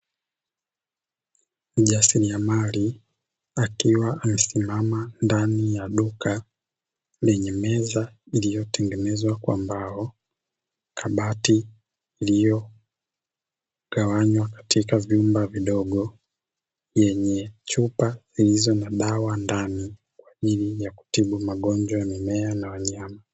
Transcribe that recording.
Mjasiriamali akiwa amesimama ndani ya duka lenye meza iliyotengenezwa kwa mbao, kabati lililogawanywa katika vyumba vidogo yenye chupa zilizo na dawa ndani kwa ajili ya kutibu magonjwa ya mimea na wanyama.